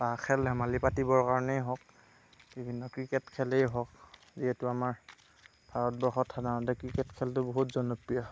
বা খেল ধেমালি পাতিবৰ কাৰণেই হওঁক বিভিন্ন ক্ৰিকেট খেলেই হওঁক যিহেতু আমাৰ ভাৰতবৰ্ষত সাধাৰণতে ক্ৰিকেট খেলটো বহুত জনপ্ৰিয়